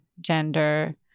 gender